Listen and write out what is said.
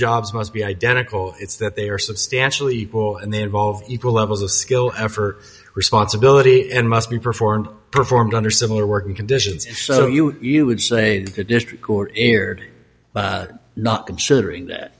jobs must be identical it's that they are substantially full and they involve equal levels of skill effort responsibility and must be performed performed under similar working conditions so you you would say the district court erred not considering that